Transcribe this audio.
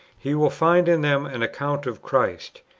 he will find in them an account of christ,